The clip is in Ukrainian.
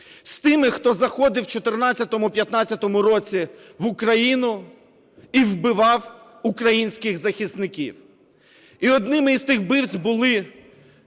з тими, хто заходив в 14-15-му році в Україну і вбивав українських захисників. І одними із тих вбивць були